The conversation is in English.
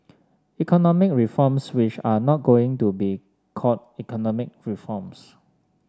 economic reforms which are not going to be called economic reforms